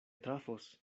trafos